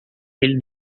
ele